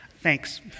Thanks